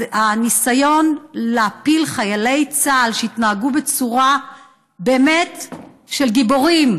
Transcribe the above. אז הניסיון להפיל חיילי צה"ל שבאמת התנהגו בצורה של גיבורים